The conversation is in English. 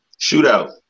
Shootout